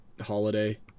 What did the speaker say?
holiday